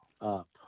up